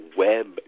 web